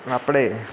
આપણે